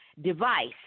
device